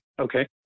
Okay